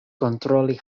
kontroli